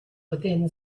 within